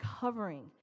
covering